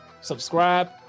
Subscribe